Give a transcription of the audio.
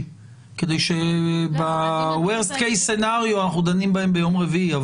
כדי שבמקרה הגרוע נדון בהן ביום רביעי.